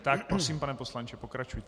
Tak prosím, pane poslanče, pokračujte.